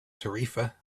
tarifa